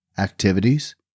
activities